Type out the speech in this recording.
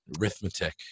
Arithmetic